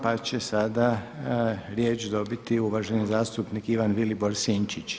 Pa će sada riječ dobiti uvaženi zastupnik Ivan Vilibor Sinčić.